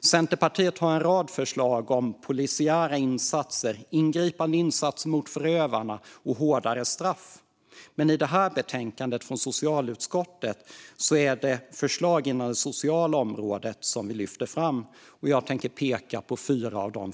Centerpartiet har en rad förslag om polisiära insatser, ingripande insatser mot förövarna och hårdare straff, men i det här betänkandet från socialutskottet är det förslag inom det sociala området vi lyfter fram. Jag tänker peka på fyra av dem.